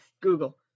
Google